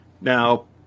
Now